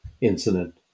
incident